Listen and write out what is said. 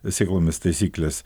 sėklomis taisyklės